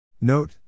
Note